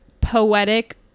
poetic